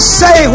say